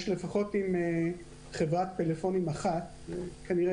יש עם חברת טלפונים אחת לפחות,